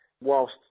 whilst